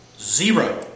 Zero